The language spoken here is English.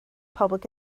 public